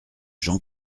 jean